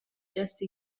jesse